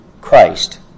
Christ